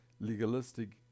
legalistic